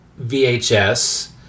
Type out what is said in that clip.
vhs